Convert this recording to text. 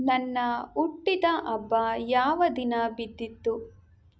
ನನ್ನ ಹುಟ್ಟಿದ ಹಬ್ಬ ಯಾವ ದಿನ ಬಿದ್ದಿತ್ತು